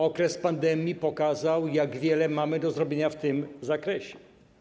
Okres pandemii pokazał, jak wiele mamy do zrobienia w tym zakresie.